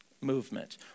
movement